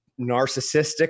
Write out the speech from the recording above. narcissistic